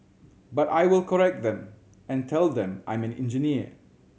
but I will correct them and tell them I'm an engineer